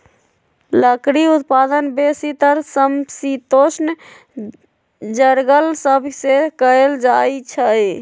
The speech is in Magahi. लकड़ी उत्पादन बेसीतर समशीतोष्ण जङगल सभ से कएल जाइ छइ